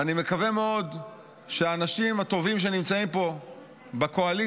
ואני מקווה מאוד שהאנשים הטובים שנמצאים פה בקואליציה,